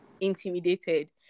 intimidated